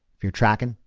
if you're tracking,